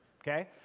Okay